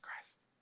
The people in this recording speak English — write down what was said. Christ